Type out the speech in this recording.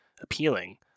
appealing